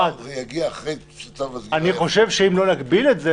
זה יגיע אחרי שצו הסגירה --- אני חושב שאם לא נגביל את זה,